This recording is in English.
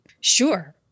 Sure